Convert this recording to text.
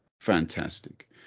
fantastic